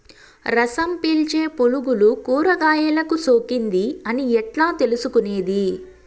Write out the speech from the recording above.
రసం పీల్చే పులుగులు కూరగాయలు కు సోకింది అని ఎట్లా తెలుసుకునేది?